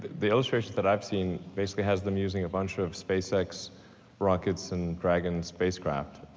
the illustrations that i've seen basically has them using a bunch of spacex rockets and dragon spacecraft.